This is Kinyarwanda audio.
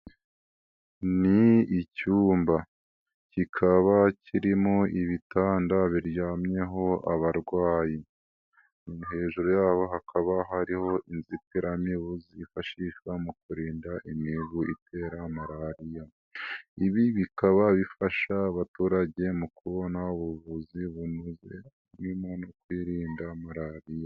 Ni icyumba kikaba kirimo ibitanda biryamyeho abarwayi. Hejuru yabo hakaba hariho inzitiramibu zifashishwa mu kurinda imibu itera malariya. Ibi bikaba bifasha abaturage mu kubona ubuvuzi bunoze burimo no kwirinda malariya.